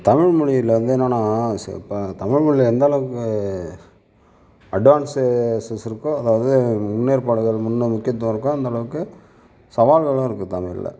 தமிழ் மொழியில் வந்து என்னன் சே இப்போ தமிழ் மொழியை எந்தளவுக்கு அட்வான்ஸ் இருக்கோ அதாவது முன்னேற்பாடுகள் முன்னனி முக்கியத்துவம் இருக்கோ அந்தளவுக்கு சவால்களும் இருக்குது தமிழில்